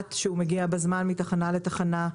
לדעת שהוא מגיע בזמן מתחנה לתחנה,